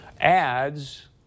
ads